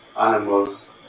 animals